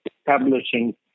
establishing